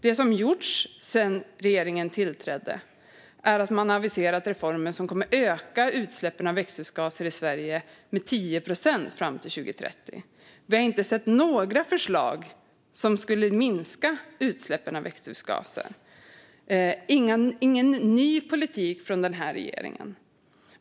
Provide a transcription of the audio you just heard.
Det som har gjorts sedan regeringen tillträdde är att man har aviserat reformer som kommer att öka utsläppen av växthusgaser i Sverige med 10 procent fram till 2030. Vi har inte sett några förslag som skulle minska utsläppen av växthusgaser. Vi har inte sett någon ny politik från den här regeringen.